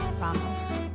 Ramos